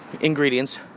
ingredients